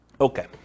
Okay